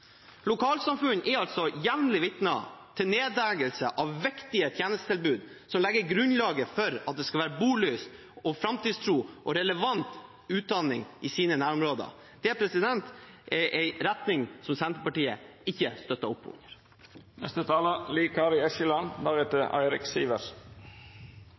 Lokalsamfunn er altså jevnlig vitner til nedleggelser av viktige tjenestetilbud som legger grunnlag for at det skal være bolyst, framtidstro og relevant utdanning i sine nærområder. Det er en retning som Senterpartiet ikke støtter opp